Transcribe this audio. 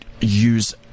use